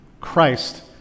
Christ